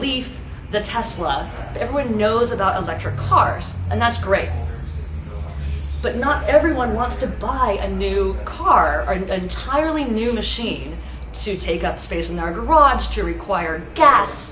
leaf the test lot of everyone knows about electric cars and that's great but not everyone wants to buy a new car entirely new machine to take up space in our garage to require casts